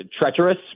treacherous